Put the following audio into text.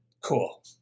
Cool